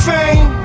Fame